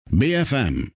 bfm